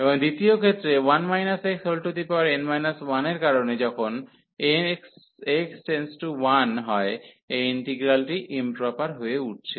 এবং দ্বিতীয় ক্ষেত্রে 1 xn 1 এর কারনে যখন x→1 এই ইন্টিগ্রালটি ইম্প্রপার হয়ে উঠছে